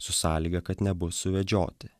su sąlyga kad nebus suvedžioti